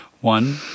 One